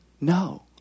No